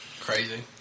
crazy